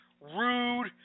rude